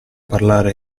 parlare